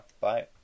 Bye